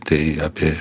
tai apie